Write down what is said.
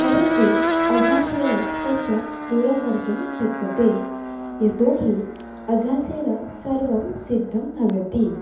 परन्तु अभ्यासेन तस्य दूरीकर्तुं शक्यते यतोहि अभ्यासेन सर्वं सिद्धं भवति